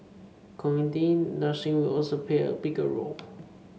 community nursing will also play a bigger role